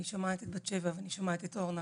אני שומעת את בת שבע ואני שומעת את אורנה